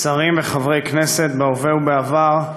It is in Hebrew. שרים וחברי כנסת בהווה ובעבר,